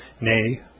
nay